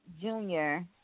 Junior